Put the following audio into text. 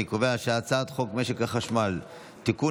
אני קובע שהצעת חוק משק החשמל (תיקון,